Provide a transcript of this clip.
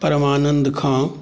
परमानन्द खाँ